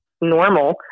normal